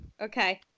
Okay